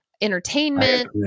entertainment